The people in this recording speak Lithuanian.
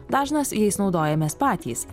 dažnas jais naudojamės patys